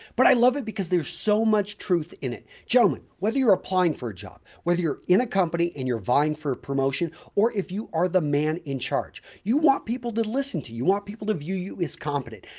but i love it because there's so much truth in it. gentlemen, whether you're applying for a job whether you're in a company and you're vying for a promotion, or if you are the man in charge, you want people to listen to you, you want people to view you as competent.